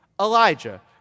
Elijah